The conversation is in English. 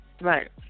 Right